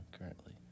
currently